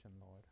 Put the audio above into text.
Lord